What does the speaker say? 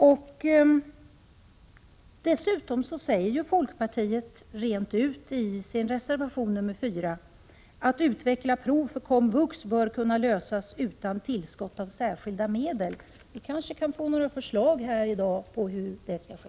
Folkpartiet säger dessutom rent ut i reservation 4: Att utveckla prov för komvux bör kunna lösas utan tillskott av särskilda medel. Vi kanske kan få några förslag i dag på hur det skall ske.